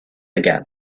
again